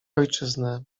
ojczyznę